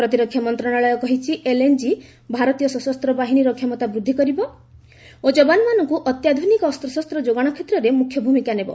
ପ୍ରତିରକ୍ଷା ମନ୍ତ୍ରଣାଳୟ କହିଛି ଏଲ୍ଏନ୍ଜି ଭାରତୀୟ ସଶସ୍ତ ବାହିନୀର କ୍ଷମତା ବୃଦ୍ଧି କରିବ ଓ ଯବାନମାନଙ୍କୁ ଅତ୍ୟାଧୁନିକ ଅସ୍ତ୍ରଶସ୍ତ ଯୋଗାଣ କ୍ଷେତ୍ରରେ ମୁଖ୍ୟ ଭୂମିକା ନେବ